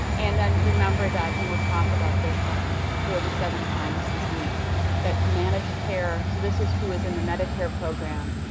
and then remember that and we'll talk about this, about forty seven times this week that manage care so this is who is in medicare program.